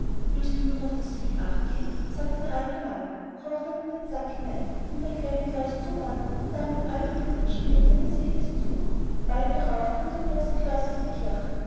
willst du nun auf das vieh acht geben sagte der alte mann und kroch dann in den sack hinein den der kleine klaus zuband und dann mit allen kühen und stieren seines weges zog bald darauf kam der große klaus aus der kirche